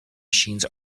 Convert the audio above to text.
machines